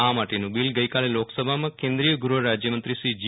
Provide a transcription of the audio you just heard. આ માટેનુ બિલ ગઈકાલે લોકસભામા કેન્દ્રીય ગૃ હ રાજય મંત્રી શ્રી જી